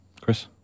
chris